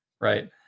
Right